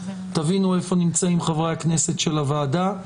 תבינו איפה נמצאים חברי הכנסת של הוועדה.